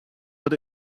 but